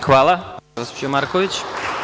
Hvala, gospođo Marković.